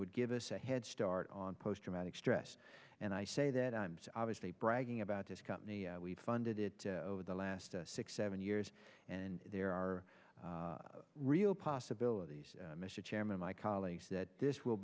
would give us a head start on post traumatic stress and i say that i'm so obviously bragging about this company we've funded it over the last six seven years and there are real possibilities mr chairman my colleagues that this will